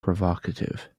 provocative